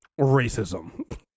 racism